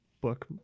book